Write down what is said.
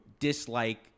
dislike